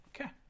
Okay